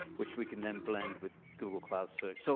which we can then blend with google cloud search. so